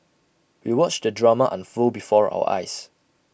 we watched the drama unfold before our eyes